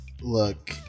Look